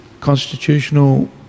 constitutional